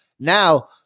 Now